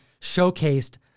showcased